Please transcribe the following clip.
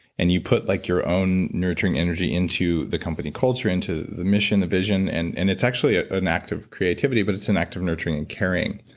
and you put like your own nurturing energy into the company culture, into the mission, the vision, and and it's actually ah an act of creativity, but it's an act of nurturing and caring.